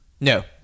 No